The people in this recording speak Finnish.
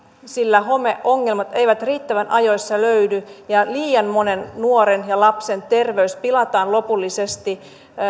sillä homeongelmat eivät riittävän ajoissa löydy ja liian monen nuoren ja lapsen terveys pilataan lopullisesti